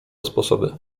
sposoby